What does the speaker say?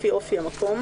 לפי אופי המקום,